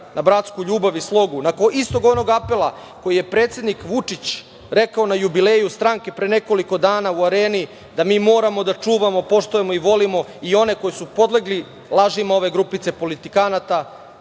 na bratsku ljubav i slogu, nakon onog istog apela, koji je predsednik Vučić rekao na jubileju stranke pre nekoliko dana u Areni, da mi moramo da čuvamo poštujemo i volimo i one koji su podlegli lažima ove grupice politikanata,